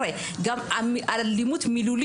אלא גם מילולית,